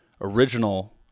original